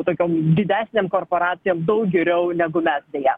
tokiom didesnėm korporacijom daug geriau negu mes deja